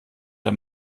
der